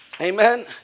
Amen